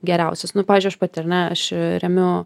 geriausias nu pavyzdžiui aš pati ar ne aš remiu